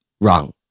wrong